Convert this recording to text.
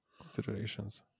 considerations